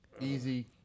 Easy